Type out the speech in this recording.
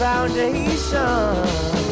Foundation